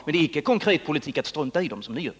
Men det är inte konkret politik att, som ni gör, strunta i dem.